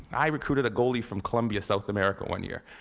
i recruited a goalie from colombia, south america one year.